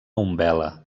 umbel·la